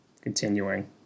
Continuing